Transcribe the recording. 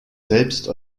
selbst